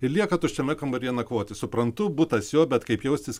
ir lieka tuščiame kambaryje nakvoti suprantu butas jo bet kaip jaustis